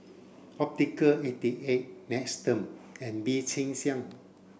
Optical eighty eight Nestum and Bee Cheng Hiang